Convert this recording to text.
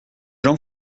jean